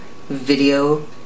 video